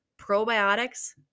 probiotics